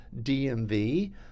DMV